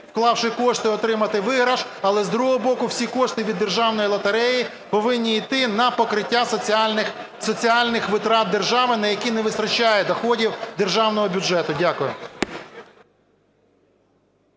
вклавши кошти, отримати виграш, але, з другого боку, всі кошти від державної лотереї повинні йти на покриття соціальних витрат держави, на які не вистачає доходів державного бюджету. Дякую.